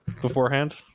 Beforehand